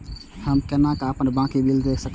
हम केना अपन बाँकी बिल देख सकब?